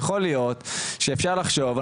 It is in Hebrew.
זה לא שאם מחר ניתן תקציב הכל ייפתר,